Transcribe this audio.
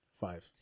Five